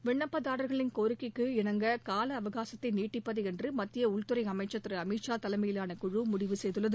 விண்ணப்பதாரா்களின் கோரிக்கைக்கு இணங்க கால அவகாசத்தை நீட்டிப்பது என்று மத்திய உள்துறை அமைச்சா் திரு அமித்ஷா தலைமையிவான குழு முடிவு செய்துள்ளது